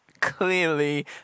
clearly